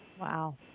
Wow